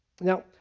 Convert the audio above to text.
now